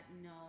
no